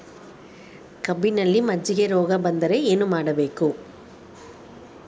ಕಬ್ಬಿನಲ್ಲಿ ಮಜ್ಜಿಗೆ ರೋಗ ಬಂದರೆ ಏನು ಮಾಡಬೇಕು?